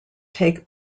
take